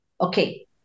okay